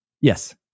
Yes